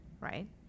right